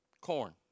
Corn